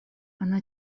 она